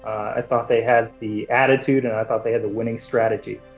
i thought they had the attitude, and i thought they had a winning strategy.